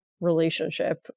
relationship